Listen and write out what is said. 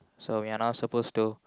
so we are now supposed to